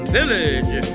Village